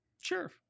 Sure